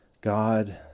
God